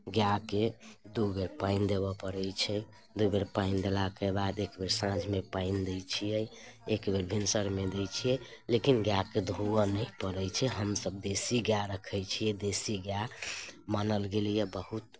गायके दू बेर पानि देबय पड़ैत छै दू बेर पानि देलाके बाद एक बेर साँझमे पानि दैत छियै एक बेर भिनसरमे दैत छियै लेकिन गायके धोअय नहि पड़ैत छै हमसभ देशी गाय रखैत छियै देशी गाय मानल गेलैए बहुत